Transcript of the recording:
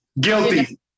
guilty